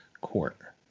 Court